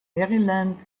maryland